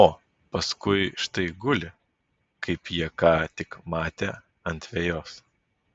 o paskui štai guli kaip jie ką tik matė ant vejos